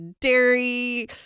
dairy